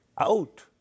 out